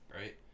right